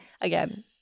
again